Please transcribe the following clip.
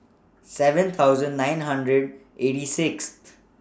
seven thousand nine hundred eighty six